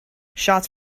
shots